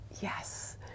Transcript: Yes